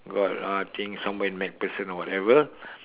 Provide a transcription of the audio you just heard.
got uh I think somewhere in macpherson or whatever